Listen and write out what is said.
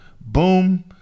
Boom